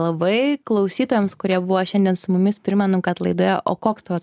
labai klausytojams kurie buvo šiandien su mumis primenu kad laidoje o koks tavo